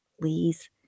please